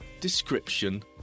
description